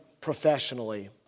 professionally